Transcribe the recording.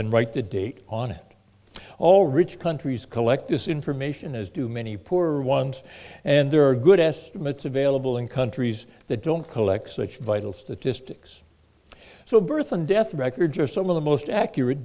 and write the date on it all rich countries collect this information as do many poor ones and there are good estimates available in countries that don't collect such vital statistics so birth and death records are some of the most accurate